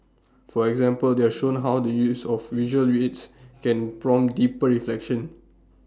for example they are shown how the use of visual aids can prompt deeper reflection